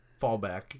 Fallback